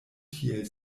tiel